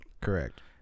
Correct